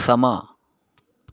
ਸਮਾਂ